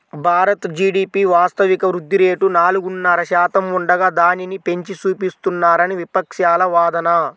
Bharat GDP వాస్తవిక వృద్ధి rate నాలుగున్నర శాతం ఉండగా దానిని పెంచి చూపిస్తున్నారని విపక్షాల వాదన